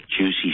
juicy